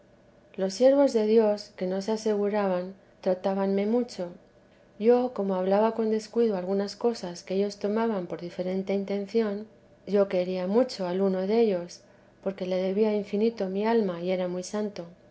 los siervos de dios que no se aseguraban tratábanme mucho yo como hablaba con descuido algunas cosas que ellos tomaban por diferente intención yo quería mucho al uno dellos porque le debía infinito mi alma y era muy santo